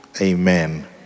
Amen